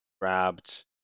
grabbed